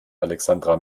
alexandra